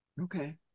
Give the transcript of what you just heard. Okay